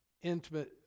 intimate